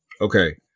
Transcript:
Okay